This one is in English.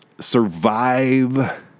survive